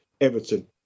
Everton